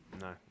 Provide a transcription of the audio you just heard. No